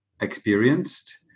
Experienced